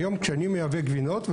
היום כשאני מייבא גבינות,